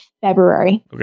February